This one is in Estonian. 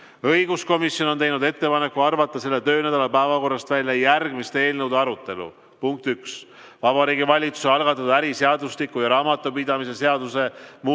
õiguskomisjon on teinud ettepaneku arvata selle töönädala päevakorrast välja järgmiste eelnõude arutelu. Punkt üks, Vabariigi Valitsuse algatatud äriseadustiku ja raamatupidamise seaduse muutmise